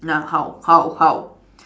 ya how how how